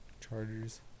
Chargers